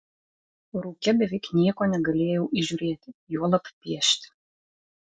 rūke beveik nieko negalėjau įžiūrėti juolab piešti